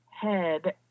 head